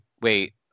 wait